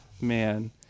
man